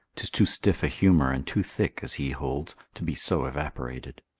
tis too stiff a humour and too thick as he holds, to be so evaporated.